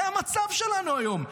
זה המצב שלנו היום.